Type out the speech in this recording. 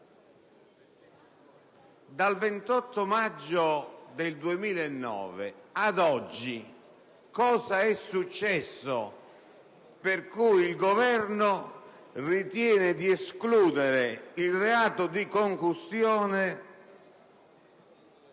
dal 28 maggio del 2009 ad oggi per cui il Governo ritiene di escludere il reato di concussione